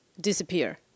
disappear